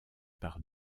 par